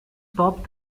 stop